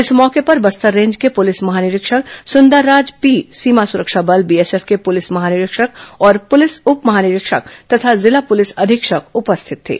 इस मौके पर बस्तर रेंज के पुलिस महानिरीक्षक सुंदरराज पी सीमा सुरक्षा बल बीएसएफ के पुलिस महानिरीक्षक और पुलिस उप महानिरीक्षक तथा जिला पुलिस अधीक्षक उपरिथित थे